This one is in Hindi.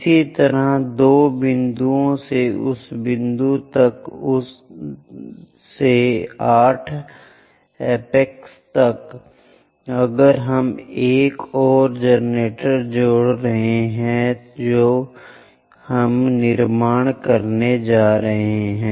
इसी तरह दो बिंदु से उस बिंदु तक उस बिंदु से 8 एपेक्स तक अगर हम एक और जनरेटर जोड़ रहे हैं जो हम निर्माण कर सकते हैं